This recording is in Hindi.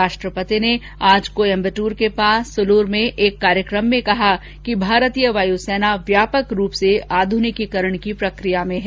राष्ट्रपति ने आज कोयम्बटूर के पास सुलूर में एक कार्यक्रम में कहा कि भारतीय वायुसेना व्यापक रूप से आध्रनिकीकरण की प्रक्रिया में है